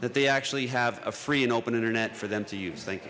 that they actually have a free and open internet for them to use th